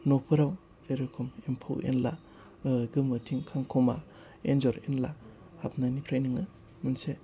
न'फोराव जेरेखम एम्फौ एनला गोमोथिं खांख'मा एन्जर एनला हाबनायनिफ्राय नोङो मोनसे